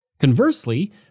Conversely